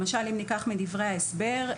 למשל אם ניקח מדברי ההסבר,